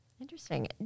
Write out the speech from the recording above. interesting